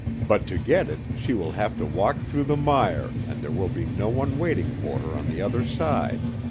but to get it she will have to walk through the mire and there will be no one waiting for her on the other side.